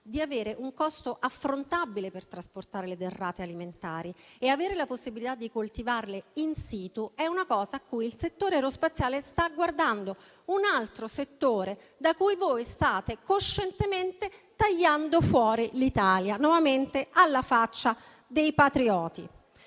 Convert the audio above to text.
di avere un costo affrontabile per trasportare le derrate alimentari e avere la possibilità di coltivarle *in situ* è qualcosa cui il settore aerospaziale sta guardando, un altro settore dal quale state coscientemente tagliando fuori l'Italia, nuovamente alla faccia dei patrioti.